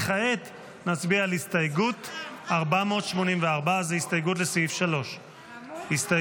וכעת נצביע על הסתייגות 484. זאת הסתייגות לסעיף 3. הצבעה.